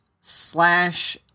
slash